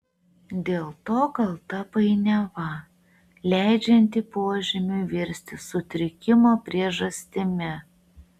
dėl to kalta painiava leidžianti požymiui virsti sutrikimo priežastimi